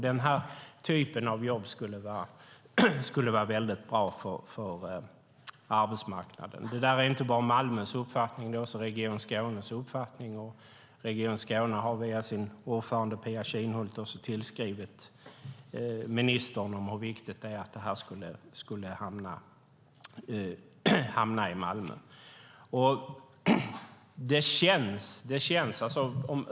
Den här typen av jobb skulle vara väldigt bra för arbetsmarknaden. Det är inte bara Malmös uppfattning utan även Region Skånes. Region Skåne har via sin ordförande Pia Kinhult tillskrivit ministern om hur viktigt det är att patentdomstolen hamnar i Malmö. Detta känns.